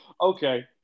Okay